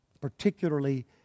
particularly